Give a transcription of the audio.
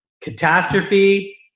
catastrophe